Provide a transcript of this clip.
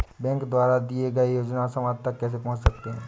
Bank द्वारा दिए गए योजनाएँ समाज तक कैसे पहुँच सकते हैं?